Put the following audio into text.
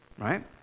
Right